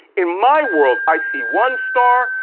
in my world, i see one star,